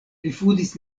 rifuzis